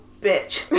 bitch